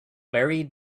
very